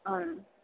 ആ